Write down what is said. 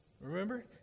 remember